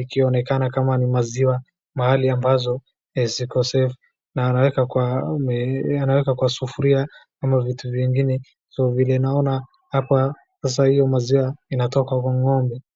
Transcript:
ikionekana kama ni maziwa mahali ambazo ziko sefu, na anaweka kwa sufuria ama vitu vingine, so vile naona hapa sasa hiyo maziwa inatoka kwa ng'ombe.